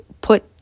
put